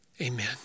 Amen